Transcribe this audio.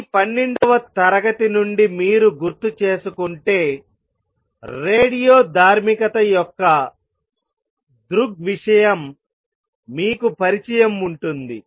మీ 12 వ తరగతి నుండి మీరు గుర్తుచేసుకుంటే రేడియోధార్మికత యొక్క దృగ్విషయం మీకు పరిచయం ఉంటుంది